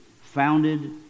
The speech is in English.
founded